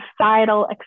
societal